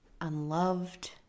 unloved